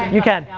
you can.